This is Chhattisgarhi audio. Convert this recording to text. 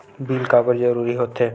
बिल काबर जरूरी होथे?